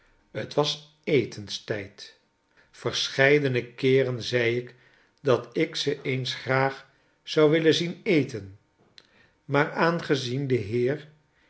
der straat twasetenstijd verscheidene keeren zei ik dat ik ze eens graag zou willen zien eten maar aangezien de heer